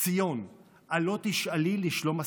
"ציון הלוא תשאלי לשלום אסירייך",